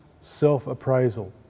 self-appraisal